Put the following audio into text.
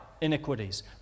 iniquities